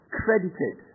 credited